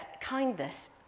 kindness